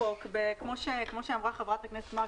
כפי שאמרה חברת הכנסת מארק,